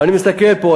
ואני מסתכל פה,